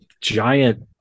giant